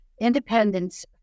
independence